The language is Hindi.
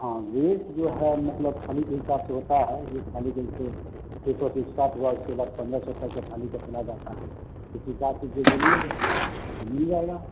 हाँ वेज जो है मतलब थाली के हिसाब से होता है जो थाली के जैसे एक सौ से इस्टार्ट हुआ उसके बाद पन्द्रह सौ करके थाली का चला जाता है उस हिसाब से जो बोलिएगा आपको मिल जाएगा